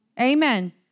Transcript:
Amen